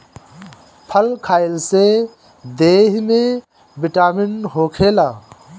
फल खइला से देहि में बिटामिन होखेला